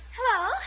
Hello